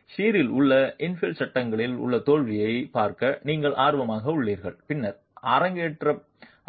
எனவே ஷீரில் உள்ள இன்ஃபில் சட்டங்களின் உள்ள தோல்வியைப் பார்க்க நீங்கள் ஆர்வமாக உள்ளீர்கள் பின்னர்